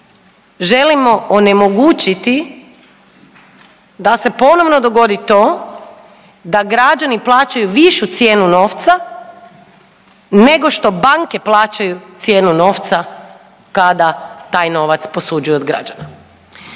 želimo onemogućiti da se ponovno dogodi to da građani plaćaju višu cijenu novca nego što banke plaćaju cijenu novca kada taj novac posuđuju od građana.